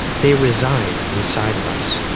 they reside inside of us.